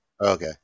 Okay